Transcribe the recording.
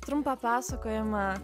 trumpą pasakojimą